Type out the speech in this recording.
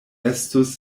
estus